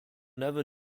never